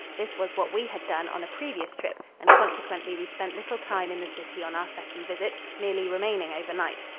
this was what we had done on a previous trip and consequently we spent little time in the city on our second visit, merely remaining over night.